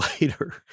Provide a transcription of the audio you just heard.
later